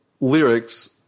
lyrics